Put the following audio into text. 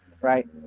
Right